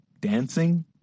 dancing